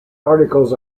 articles